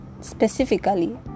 specifically